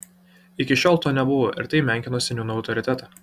iki šiol to nebuvo ir tai menkino seniūno autoritetą